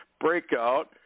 breakout